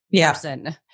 person